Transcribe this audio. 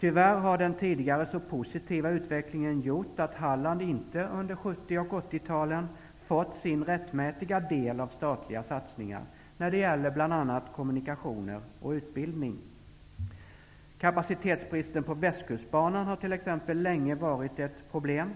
Tyvärr har den tidigare så positiva utvecklingen gjort att Halland inte under 70 och 80-talen fått sin rättmätiga del av statliga satsningar när det gäller bl.a. kommunikationer och utbildning. Kapacitetsbristen på Västkustbanan har t.ex. länge varit ett problem.